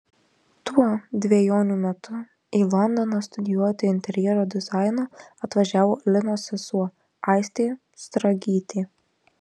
tuo dvejonių metu į londoną studijuoti interjero dizaino atvažiavo linos sesuo aistė stragytė